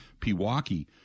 Pewaukee